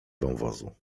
wąwozu